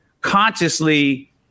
consciously